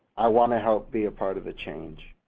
i wanna help be a part of the change.